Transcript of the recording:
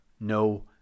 no